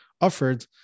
offered